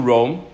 Rome